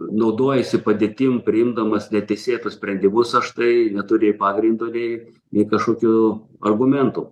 naudojasi padėtim priimdamas neteisėtus sprendimus aš tai neturiu nei pagrindo nei nei kažkokių argumentų